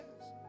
yes